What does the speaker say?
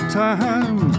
time